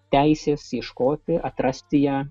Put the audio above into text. teisės ieškoti atrasti ją